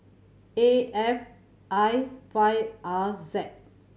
A F I five R Z